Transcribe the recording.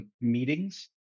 meetings